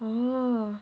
orh